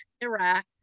Iraq